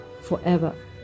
forever